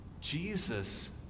Jesus